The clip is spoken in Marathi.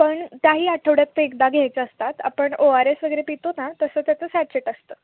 पण त्याही आठवड्यातून एकदा घ्यायच्या असतात आपण ओ आर एस वगैरे पितो ना तसं त्याचं सॅचेट असतं